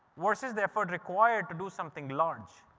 versus the effort required to do something large,